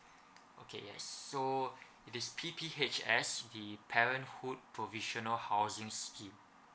okay yes so this P_P_H_S the parenthood provisional housing scheme